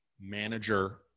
manager